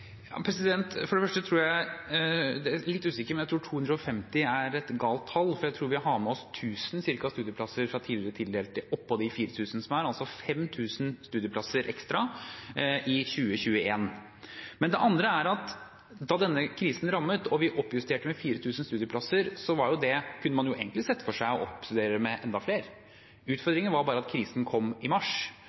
jeg litt usikker, men jeg tror 250 er et galt tall. Jeg tror vi har med oss ca. 1 000 studieplasser fra tidligere tildelte oppå de 4 000 som allerede er der, altså 5 000 studieplasser ekstra i 2021. Det andre er at da denne krisen rammet og vi oppjusterte med 4 000 studieplasser, kunne man egentlig se for seg å oppjustere med enda flere. Utfordringen var bare at krisen kom i mars.